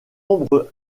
ombre